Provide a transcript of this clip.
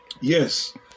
Yes